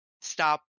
stop